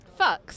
Fucks